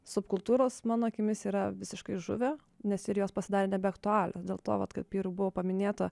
subkultūros mano akimis yra visiškai žuvę nes ir jos pasidarė nebeaktualios dėl to vat kaip ir buvo paminėta